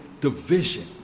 division